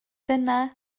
dyna